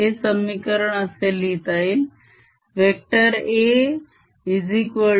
हे समीकरण असे लिहिता येईल